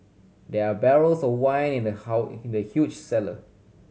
there are barrels of wine in the in the huge cellar